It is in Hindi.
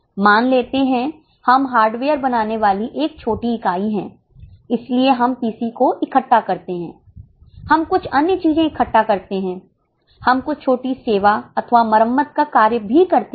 मान लेते हैं हम हार्डवेयर बनाने वाली एक छोटी इकाई हैं इसलिए हम पीसी को इकट्ठा करते हैं हम कुछ अन्य चीजें इकट्ठा करते हैं हम कुछ छोटी सेवा अथवा मरम्मत का कार्य भी करते हैं